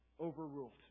overruled